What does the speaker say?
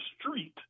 street